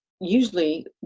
usually